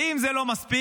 ואם זה לא מספיק,